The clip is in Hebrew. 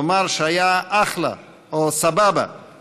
נאמר שהיה "אחלה" או "סבבה";